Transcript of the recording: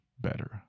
better